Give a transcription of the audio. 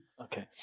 Okay